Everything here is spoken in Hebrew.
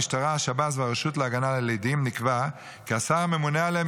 המשטרה השב"ס והרשות להגנה על עדים נקבע כי השר הממונה עליהם